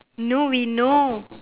no we know